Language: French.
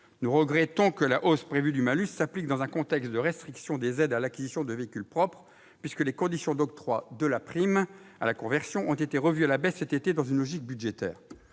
nous regrettons que la hausse prévue du malus s'applique dans un contexte de restriction des aides à l'acquisition de véhicules propres, puisque les conditions d'octroi de la prime à la conversion ont été revues à la baisse cet été dans une logique budgétaire.